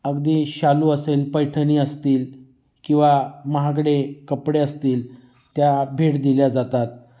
अगदी शालू असेल पैठणी असतील किंवा महागडे कपडे असतील त्या भेट दिल्या जातात